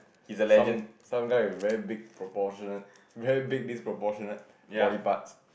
some some guy very big proportionate very big this proportionate right only parts